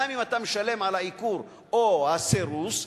גם אם אתה משלם על העיקור או הסירוס,